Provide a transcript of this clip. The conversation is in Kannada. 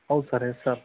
ಹೌದ್ ಸರ್ ಎಸ್ ಸರ್